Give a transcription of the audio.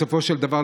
בסופו של דבר,